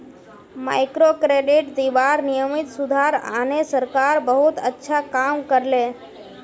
microcredit दीबार नियमत सुधार आने सरकार बहुत अच्छा काम कर ले